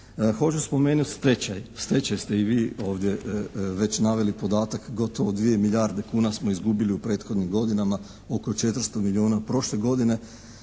Hoću spomenuti stečaj. Stečaj ste i vi ovdje već naveli podatak gotovo 2 milijarde kuna smo izgubili u prethodnim godinama, oko 400 milijuna prošle godine.